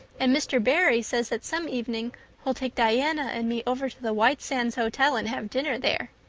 and mr. barry says that some evening he'll take diana and me over to the white sands hotel and have dinner there.